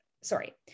sorry